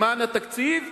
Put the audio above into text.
למען התקציב,